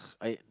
I had